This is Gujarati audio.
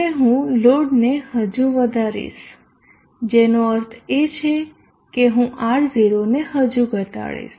હવે હું લોડને હજુ વધારીશ જેનો અર્થ એ છે કે હું R0 ને હજુ ઘટાડીશ